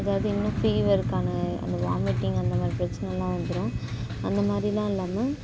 எதாவது இன்னும் ஃபீவருக்கான அந்த வாமிட்டிங் அந்தமாதிரி பிரச்சனைலாம் வந்துரும் அந்தமாதிரிலாம் இல்லாமல்